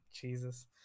jesus